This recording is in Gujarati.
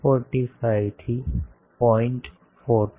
45 થી 0